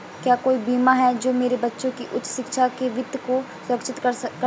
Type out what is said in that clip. क्या कोई बीमा है जो मेरे बच्चों की उच्च शिक्षा के वित्त को सुरक्षित करता है?